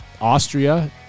Austria